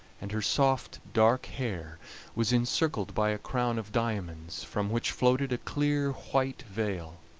and her soft dark hair was encircled by a crown of diamonds, from which floated a clear white veil.